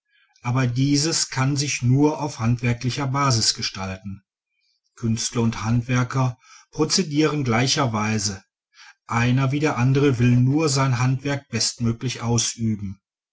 aber dieses kann sich nur auf handwerklicher basis gestalten künstler und handwerker prozedieren gleicherweise einer wie der andere will nur sein handwerk bestmöglich ausüben